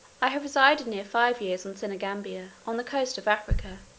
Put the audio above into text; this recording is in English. i have resided near five years on senegambia on the coast of africa,